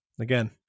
again